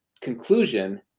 conclusion